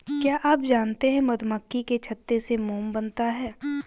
क्या आप जानते है मधुमक्खी के छत्ते से मोम बनता है